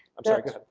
i'm sorry go